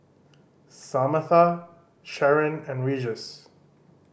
Samatha Sheron and Regis